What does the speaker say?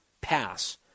pass